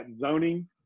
zoning